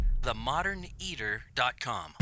themoderneater.com